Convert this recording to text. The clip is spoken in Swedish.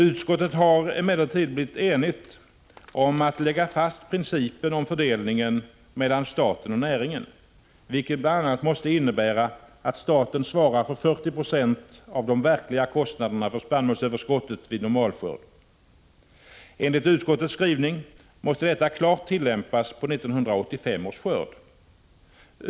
Utskottet har emellertid blivit enigt om att lägga fast principen om fördelningen mellan staten och näringen, vilket bl.a. måste innebära att staten svarar för 40 26 av de verkliga kostnaderna för spannmålsöverskottet vid normalskörd. Enligt utskottets skrivning måste detta klart tillämpas på 1985 års skörd.